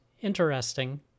interesting